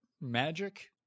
Magic